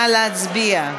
נא להצביע.